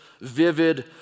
vivid